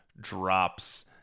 drops